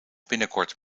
binnenkort